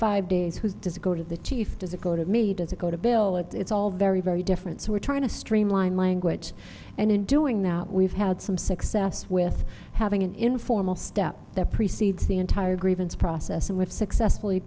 five days who does it go to the chief does it go to me does it go to bill it's all very very different so we're trying to streamline language and in doing that we've had some success with having an informal step that precedes the entire grievance process and we've successfully